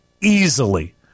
easily